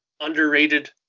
underrated